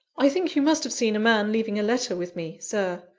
i think you must have seen a man leaving a letter with me, sir,